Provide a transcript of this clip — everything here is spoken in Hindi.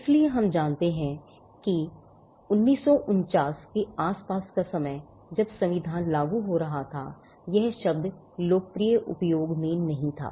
इसलिए हम जानते हैं कि 1949 के आसपास का समय जब संविधान लागू हो रहा था यह शब्द लोकप्रिय उपयोग में नहीं था